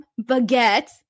Baguette